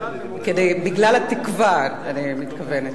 בגלל התקווה אני מתכוונת.